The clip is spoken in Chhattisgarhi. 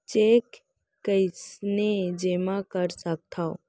चेक कईसने जेमा कर सकथो?